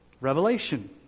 Revelation